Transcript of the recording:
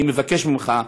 אני מבקש ממך,